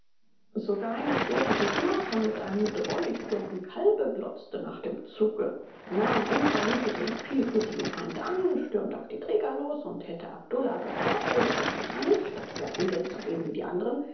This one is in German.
sogar ein idiotisches nashorn mit einem drollig plumpen kalbe glotzte nach dem zuge nahm unvermutet den vielfüßigen feind an stürmte auf die träger los und hätte abdullah geforkelt wenn dieser nicht statt fersengeld zu geben wie die anderen